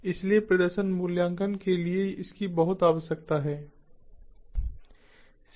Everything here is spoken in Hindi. इसलिए प्रदर्शन मूल्यांकन के लिए इसकी बहुत आवश्यकता है